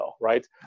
right